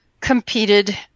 competed